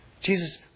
Jesus